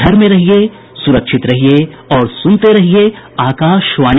घर में रहिये सुरक्षित रहिये और सुनते रहिये आकाशवाणी